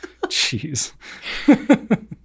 Jeez